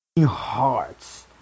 hearts